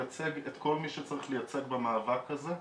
לייצג את כל מי שצריך לייצג במאבק הזה,